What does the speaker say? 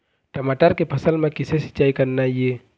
टमाटर के फसल म किसे सिचाई करना ये?